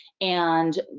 and,